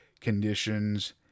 conditions